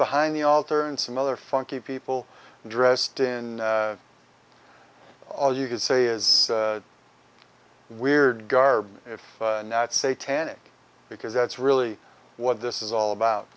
behind the altar and some other funky people dressed in all you could say is weird garb if not say tannic because that's really what this is all about